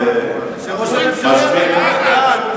חבל על הזמן.